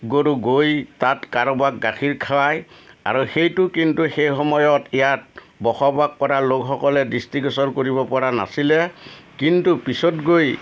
গৰু গৈ কাৰোবাক গাখীৰ খোৱায় আৰু সেইটো কিন্তু সেইসময়ত ইয়াত বসবাস কৰা লোকসকলে দৃষ্টিগোচৰ কৰিব পৰা নাছিলে কিন্তু পিছত গৈ